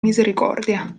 misericordia